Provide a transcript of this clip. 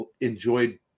enjoyed